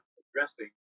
addressing